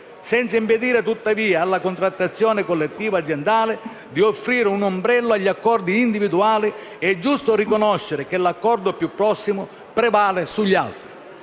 senza impedire tuttavia alla contrattazione collettiva aziendale di offrire un ombrello agli accordi individuali, è giusto riconoscere che l'accordo più prossimo prevale sugli altri.